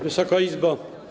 Wysoka Izbo!